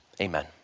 Amen